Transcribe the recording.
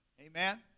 Amen